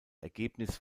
ergebnis